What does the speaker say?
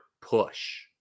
push